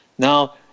Now